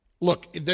look